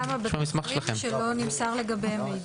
יש כמה בתי חולים שלא נמסר לגביהם מידע.